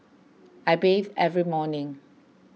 I bathe every morning